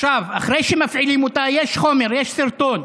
אחרי שמפעילים אותה, יש חומר, יש סרטון.